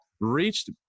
reached